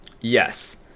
Yes